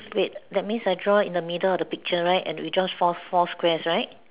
wait that means I draw in the middle of the picture right and we draw four four squares right